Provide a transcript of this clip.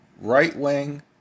right-wing